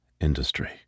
industry